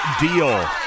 deal